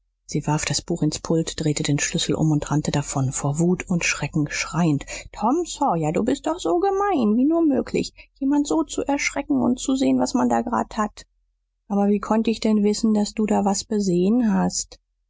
sie warf das buch ins pult drehte den schlüssel um und rannte davon vor wut und schrecken schreiend tom sawyer du bist doch so gemein wie nur möglich jemand so zu erschrecken und zu sehen was man da grad hat aber wie konnt ich denn wissen daß du da was besehen hast